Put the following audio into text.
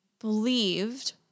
believed